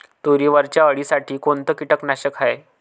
तुरीवरच्या अळीसाठी कोनतं कीटकनाशक हाये?